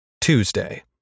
Tuesday